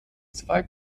zwei